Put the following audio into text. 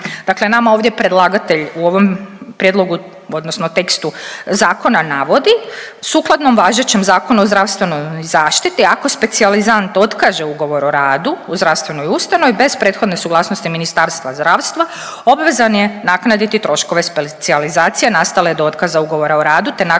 Dakle nama ovdje predlagatelja u ovom prijedlogu odnosno tekstu zakona navodi, sukladno važećem Zakonu o zdravstvenoj zaštiti ako specijalizant otkaže ugovor o radu u zdravstvenoj ustanovi bez prethodne suglasnosti Ministarstva zdravstva obvezan je naknaditi troškove specijalizacije nastale do otkaza ugovora o radu, te naknadu